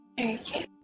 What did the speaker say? Okay